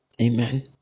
Amen